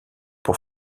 pour